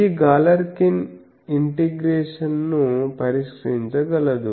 ఈ Galerkin integration ను పరిష్కరించగలదు